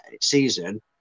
season